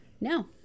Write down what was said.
No